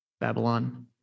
Babylon